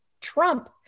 Trump